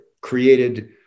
created